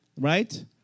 right